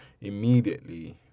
immediately